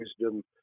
wisdom